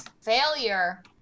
Failure